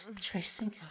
tracing